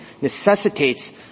necessitates